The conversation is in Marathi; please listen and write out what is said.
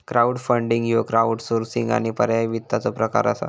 क्राउडफंडिंग ह्यो क्राउडसोर्सिंग आणि पर्यायी वित्ताचो प्रकार असा